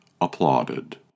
applauded